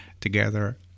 together